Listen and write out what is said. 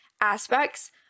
aspects